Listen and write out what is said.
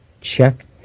Check